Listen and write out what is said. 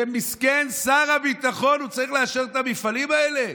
מסכן שר הביטחון, הוא צריך לאשר את המפעלים האלה.